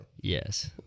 Yes